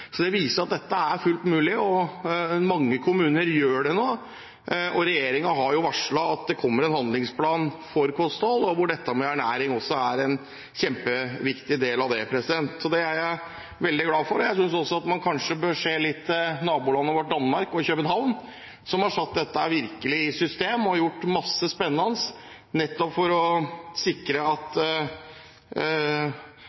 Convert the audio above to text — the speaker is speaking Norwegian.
så veldig gode erfaringer, i hvert fall de som skulle spise maten, men som da har fått en kjempeopplevelse og både ernæringsriktig og god mat, og man har fått til at de faktisk også spiser maten. Det viser at dette er fullt mulig, og mange kommuner gjør det nå. Regjeringen har varslet at det kommer en handlingsplan for kosthold hvor dette med ernæring også er en kjempeviktig del. Det er jeg veldig glad for. Jeg synes også at man kanskje bør se litt til nabolandet vårt, Danmark, og